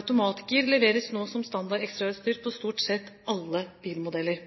Automatgir leveres nå som standard ekstrautstyr på stort sett alle bilmodeller.